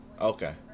okay